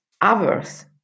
others